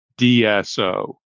dso